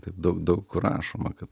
taip daug daug rašoma kad